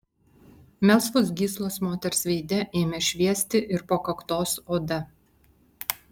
melsvos gyslos moters veide ėmė šviesti ir po kaktos oda